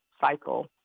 cycle